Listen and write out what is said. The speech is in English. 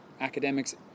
academics